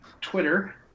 Twitter